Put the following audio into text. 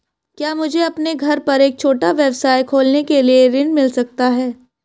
क्या मुझे अपने घर पर एक छोटा व्यवसाय खोलने के लिए ऋण मिल सकता है?